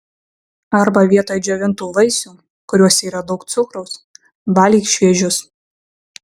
arba vietoj džiovintų vaisių kuriuose yra daug cukraus valgyk šviežius